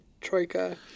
Troika